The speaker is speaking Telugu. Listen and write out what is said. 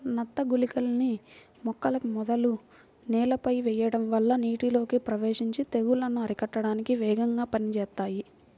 నత్త గుళికలని మొక్కల మొదలు నేలపైన వెయ్యడం వల్ల నీటిలోకి ప్రవేశించి తెగుల్లను అరికట్టడానికి వేగంగా పనిజేత్తాయి